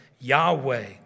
Yahweh